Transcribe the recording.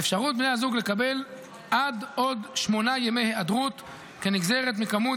באפשרות בני הזוג לקבל עד עוד שמונה ימי היעדרות כנגזרת מכמות